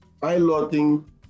piloting